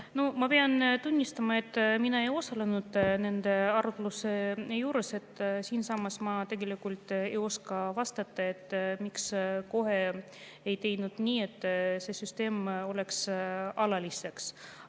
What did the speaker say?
Ma pean tunnistama, et mina ei osalenud nende arutluste juures siinsamas. Ma tegelikult ei oska vastata, miks kohe ei tehtud nii, et see süsteem oleks mõeldud